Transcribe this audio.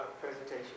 presentation